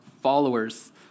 followers